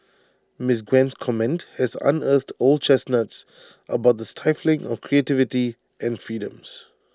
miss Gwen's comment has unearthed old chestnuts about the stifling of creativity and freedoms